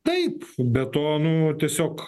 taip be to nu tiesiog